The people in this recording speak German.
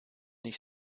ich